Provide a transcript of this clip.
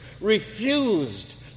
refused